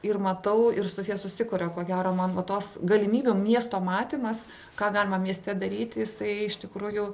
ir matau ir susie susikuria ko gero man va tos galimybių miesto matymas ką galima mieste daryt jisai iš tikrųjų